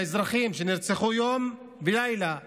לאזרחים שנרצחו יום ולילה ברחובות,